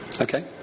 Okay